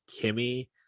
kimmy